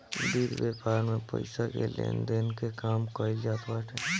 वित्त व्यापार में पईसा के लेन देन के काम कईल जात बाटे